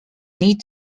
need